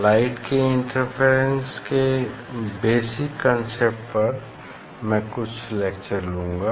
light के interference के basic concept पर मैं कुछ लेक्चर लूंगा